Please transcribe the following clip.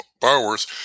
borrowers